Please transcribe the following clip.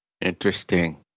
Interesting